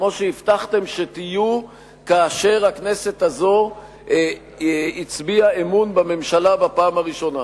כמו שהבטחתם שתהיו כאשר הכנסת הזו הצביעה אמון בממשלה בפעם הראשונה,